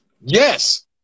Yes